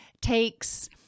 takes